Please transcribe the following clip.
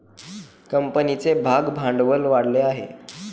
कंपनीचे भागभांडवल वाढले आहे